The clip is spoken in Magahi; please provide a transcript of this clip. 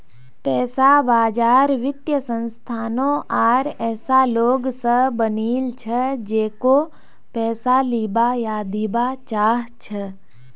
पैसा बाजार वित्तीय संस्थानों आर ऐसा लोग स बनिल छ जेको पैसा लीबा या दीबा चाह छ